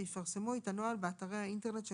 ויפרסמו את הנוהל באתרי האינטרנט של